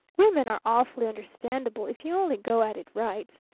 women are awfully understandable if you only go at it right.